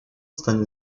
станет